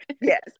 yes